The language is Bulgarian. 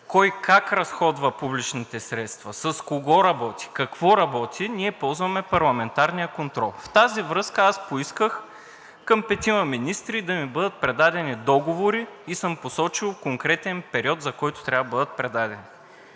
кой как разходва публичните средства, с кого работи, какво работи – ние ползваме парламентарния контрол. В тази връзка аз поисках от петима министри да ми бъдат предоставени договори и съм посочил конкретен период, за който трябва да бъдат предадени.